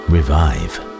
Revive